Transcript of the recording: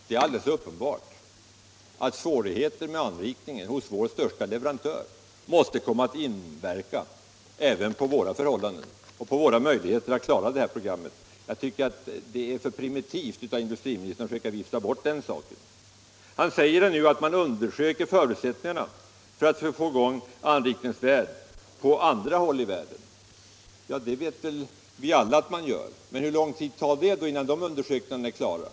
Det är uppenbart att svårigheter med anrikningen hos vår största leverantör måste komma att inverka även på våra förhållanden och våra möjligheter att klara programmet. Jag tycker att det är för primitivt av industriministern att försöka vifta bort den saken. Industriministern säger att man undersöker förutsättningarna att få i gång anrikningsverk på andra håll i världen. Det vet vi väl alla att man gör. Men hur lång tid tar det innan de undersökningarna är klara?